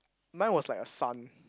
mine was like a sun